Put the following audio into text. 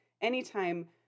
anytime